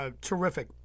Terrific